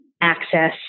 access